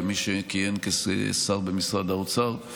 כמי שכיהן כסגן שר במשרד האוצר.